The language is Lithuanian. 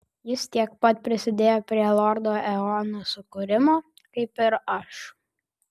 jis tiek pat prisidėjo prie lordo eono sukūrimo kaip ir aš